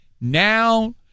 now